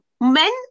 men